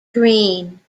green